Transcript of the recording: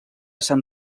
sant